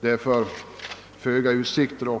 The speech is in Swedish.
det finns föga utsikter till framgång om man här ställer ett yrkande.